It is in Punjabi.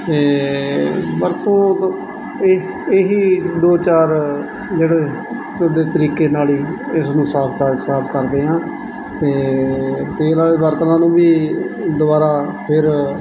ਵੀਰਸੋਦ ਇਹ ਇਹ ਹੀ ਦੋ ਚਾਰ ਜਿਹੜੇ ਤਦ ਤਰੀਕੇ ਨਾਲ ਹੀ ਇਸ ਨੂੰ ਸਾਫ਼ ਕਰ ਸਾਫ਼ ਕਰਦੇ ਹਾਂ ਫਿਰ ਤੇਲ ਵਾਲੇ ਬਰਤਨਾਂ ਨੂੰ ਵੀ ਦੁਬਾਰਾ ਫਿਰ